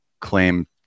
claim